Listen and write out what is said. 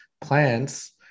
plants